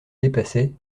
dépassait